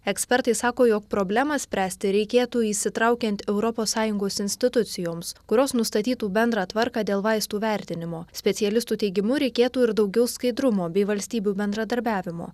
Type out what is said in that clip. ekspertai sako jog problemą spręsti reikėtų įsitraukiant europos sąjungos institucijoms kurios nustatytų bendrą tvarką dėl vaistų vertinimo specialistų teigimu reikėtų ir daugiau skaidrumo bei valstybių bendradarbiavimo